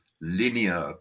linear